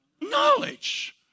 knowledge